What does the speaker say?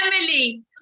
Emily